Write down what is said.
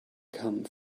come